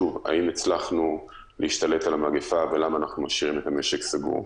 האם הצלחנו להשתלט על המגפה ולמה אנחנו משאירים את המשק סגור.